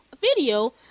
video